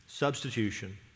substitution